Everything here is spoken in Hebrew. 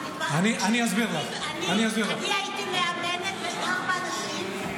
אני הייתי מאמנת של ארבעה אנשים,